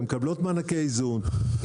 שמקבלות מענקי איזון,